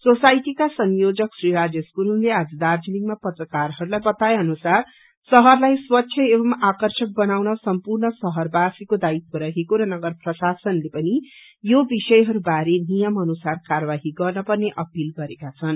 सोसाइटीका संयोजक श्री राजेश गुरूङते आज दार्जीलिङमा पत्रकारहरूलाई बताए अनुसार भाहरलाई स्वच्छ एवं आर्कशक बनाउन सम्पूर्ण भाहरवाशीको दायित्व रहेको र नगर प्रशासनले पनि यी विश्वयहरूवारे नियम अनुसार कार्यवाही गर्न पर्ने अपिल गरेका छन